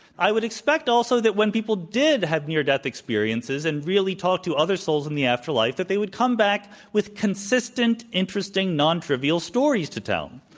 would expect, also, that when people did have near death experiences, and really talked to other souls in the afterlife, that they would come back with consistent, interesting, non-trivial stories to tell.